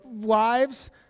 lives